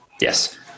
Yes